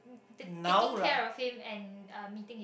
the taking care of him and uh meeting his needs